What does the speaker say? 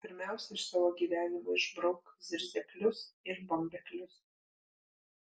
pirmiausia iš savo gyvenimo išbrauk zirzeklius ir bambeklius